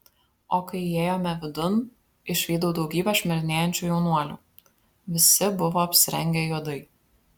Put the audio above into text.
o kai įėjome vidun išvydau daugybę šmirinėjančių jaunuolių visi buvo apsirengę juodai